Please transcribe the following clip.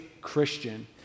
Christian